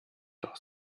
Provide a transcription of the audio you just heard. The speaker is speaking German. doch